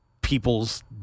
people's